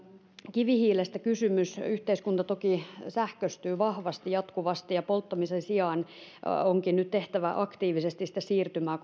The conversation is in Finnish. kivihiilestä kysymys yhteiskunta toki sähköistyy vahvasti jatkuvasti ja polttamisen sijaan onkin nyt tehtävä aktiivisesti siirtymää